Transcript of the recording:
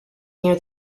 near